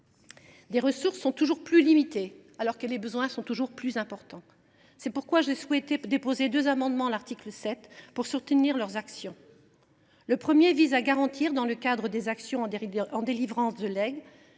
Des ressources sont toujours plus limitées alors que les besoins sont toujours plus importants. C’est pourquoi j’ai déposé deux amendements à l’article 7, pour soutenir les actions des associations. Le premier vise à garantir, dans le cadre des actions en délivrance de legs,